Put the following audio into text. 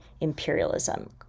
imperialism